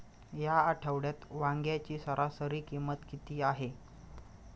या आठवड्यात वांग्याची सरासरी किंमत किती आहे?